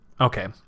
Okay